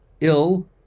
ill